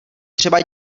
třeba